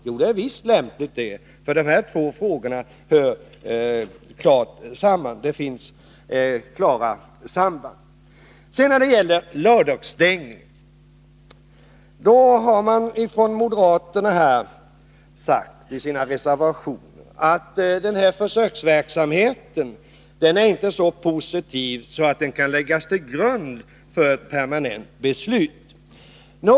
Jo, det är visst lämpligt, för de här två frågorna hör klart samman — det finns ett samband. Beträffande lördagsstängning av systembutiker har moderaterna i sina reservationer sagt att försöksverksamheten inte är så positiv att den kan läggas till grund för beslut om en permanentning.